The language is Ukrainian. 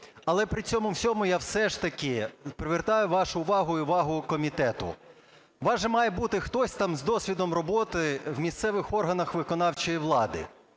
Але при цьому всьому я все ж таки привертаю вашу увагу і увагу комітету. У вас же має бути хтось там з досвідом роботи в місцевих органах виконавчої влади,